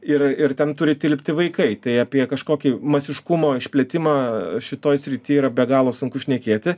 ir ir ten turi tilpti vaikai tai apie kažkokį masiškumo išplitimą šitoj srity yra be galo sunku šnekėti